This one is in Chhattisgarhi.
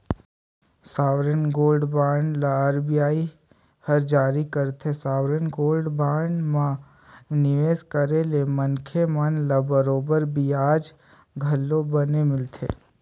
सॉवरेन गोल्ड बांड ल आर.बी.आई हर जारी करथे, सॉवरेन गोल्ड बांड म निवेस करे ले मनखे मन ल बरोबर बियाज दर घलोक बने मिलथे